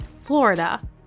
Florida